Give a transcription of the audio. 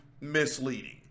misleading